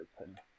open